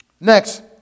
Next